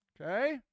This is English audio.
Okay